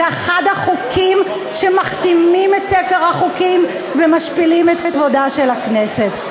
זה אחד החוקים שמכתימים את ספר החוקים ומשפילים את כבודה של הכנסת.